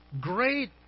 great